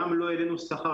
לא העלינו את השכר,